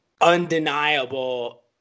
Undeniable